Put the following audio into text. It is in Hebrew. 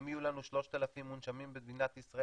אם יהיו לנו 3,000 מונשמים במדינת ישראל